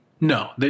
No